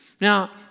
Now